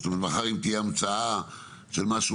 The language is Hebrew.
זאת אומרת מחר אם תהיה המצאה של משהו